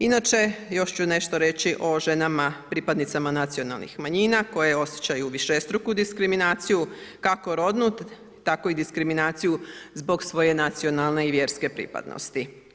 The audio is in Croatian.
Inače još ću nešto reći o ženama, pripadnicama nacionalnih manjina, koje osjećaju višestruku diskriminaciju, kako rodnu, tako i diskriminaciju zbog svoje nacionalne i vjerske pripadnosti.